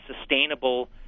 sustainable